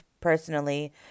personally